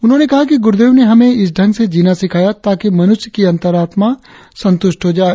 उन्होंने कहा कि गुरुदेव ने हमें इस ढंग से जीना सिखाया ताकि मनुष्य की अंतर्रात्मा संतुष्ट हो जाए